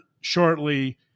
shortly